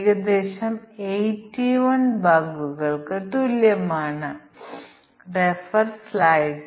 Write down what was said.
input parameter c1 ശരിയാണ് c2 സത്യമാണ് അല്ലെങ്കിൽ c3 ശരിയാണെങ്കിൽ നമുക്ക് A1 പ്രവർത്തനമുണ്ട്